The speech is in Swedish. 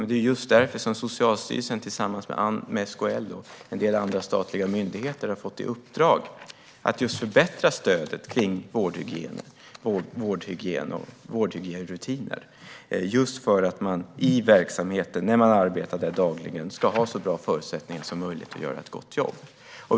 Det är just därför som Socialstyrelsen tillsammans med SKL och en del andra statliga myndigheter har fått i uppdrag att förbättra stödet när det gäller vårdhygien och rutiner för det. Det är för att man i den dagliga verksamheten ska ha så bra förutsättningar som möjligt att göra ett gott jobb.